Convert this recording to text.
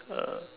uh